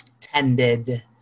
tended